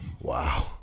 Wow